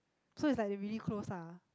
so it's like they really close lah